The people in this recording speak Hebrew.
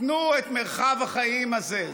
תנו את מרחב החיים הזה.